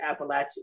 Appalachia